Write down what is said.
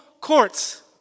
courts